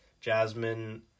Jasmine